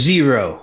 Zero